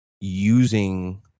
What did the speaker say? using